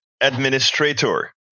administrator